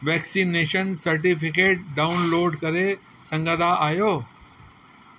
vaccination certificate download करे संघदा आहियो